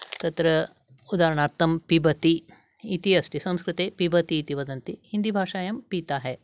तत्र उदाहरणार्तं पिबति इति अस्ति संस्कृते पिबति इति वदन्ति हिन्दीभाषायां पीता है